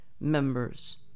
members